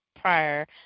prior